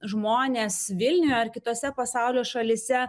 žmonės vilniuje ar kitose pasaulio šalyse